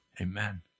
Amen